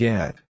Get